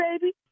baby